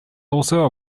also